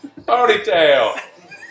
ponytail